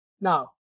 Now